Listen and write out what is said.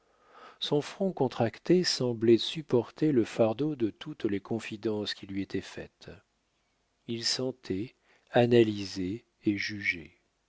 son front contracté semblait supporter le fardeau de toutes les confidences qui lui étaient faites il sentait analysait et jugeait